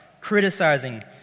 criticizing